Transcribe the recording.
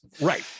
Right